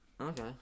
Okay